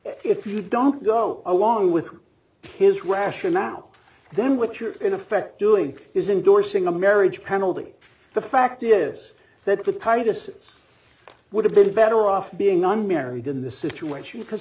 if you don't go along with his rationale then what you're in effect doing is indorsing a marriage penalty the fact is that the tightest i would have been better off being unmarried in this situation because